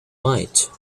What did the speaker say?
white